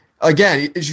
again